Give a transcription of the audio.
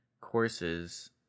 courses